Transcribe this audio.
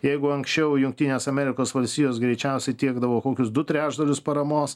jeigu anksčiau jungtinės amerikos valstijos greičiausiai tiekdavo kokius du trečdalius paramos